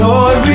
Lord